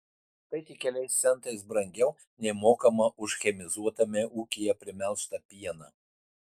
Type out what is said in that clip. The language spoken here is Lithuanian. tai tik keliais centais brangiau nei mokama už chemizuotame ūkyje primelžtą pieną